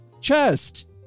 chest